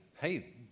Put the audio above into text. hey